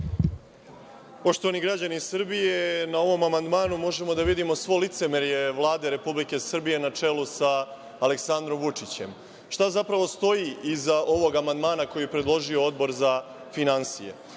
Poštovani građani Srbije, na ovom amandmanu možemo da vidimo svo licemerje Vlade Republike Srbije, na čelu sa Aleksandrom Vučićem. Šta zapravo stoji iza ovog amandmana koji je predložio Odbor za finansije?